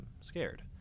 scared